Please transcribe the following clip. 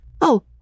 Oh